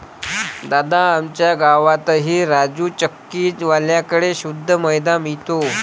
दादा, आमच्या गावातही राजू चक्की वाल्या कड़े शुद्ध मैदा मिळतो